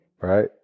right